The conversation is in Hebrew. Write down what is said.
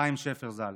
חיים שפר ז"ל,